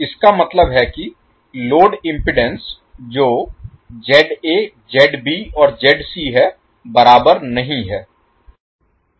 इसका मतलब है कि लोड इम्पीडेन्स जो और है बराबर नहीं है